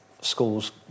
schools